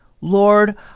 Lord